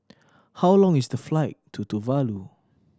how long is the flight to Tuvalu